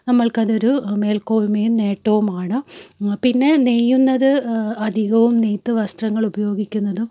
നമ്മൾക്കതൊരു മേൽക്കോൽമയും നേട്ടവുമാണ് പിന്നെ നെയ്യുന്നത് അധികവും നെയ്ത്ത് വസ്ത്രങ്ങൾ ഉപയോഗിക്കുന്നതും